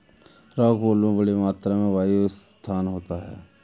rockwool में बड़ी मात्रा में वायु स्थान होता है